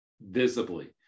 visibly